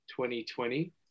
2020